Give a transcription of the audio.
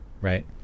right